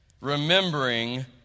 remembering